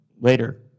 later